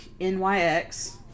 NYX